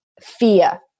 fear